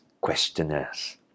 questioners